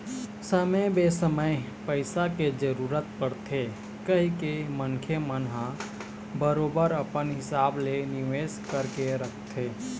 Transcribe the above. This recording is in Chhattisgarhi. समे बेसमय पइसा के जरूरत परथे कहिके मनखे मन ह बरोबर अपन हिसाब ले निवेश करके रखथे